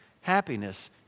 Happiness